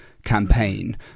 campaign